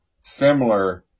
similar